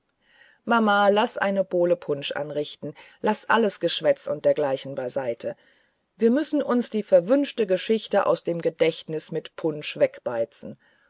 mama laß eine bowle punsch anrichten laß alles geschwätz und dergleichen beiseite wir müssen uns die verwünschte geschichte aus dem gedächtnisse mit punsch wegbeizen